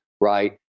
right